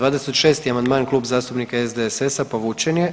26. amandman Klub zastupnika SDSS-a povučen je.